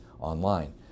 online